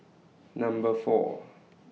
Number four